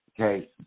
Okay